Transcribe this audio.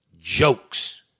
jokes